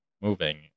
moving